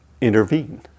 intervene